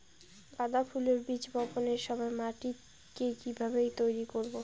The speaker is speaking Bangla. গাদা ফুলের বীজ বপনের সময় মাটিকে কিভাবে তৈরি করব?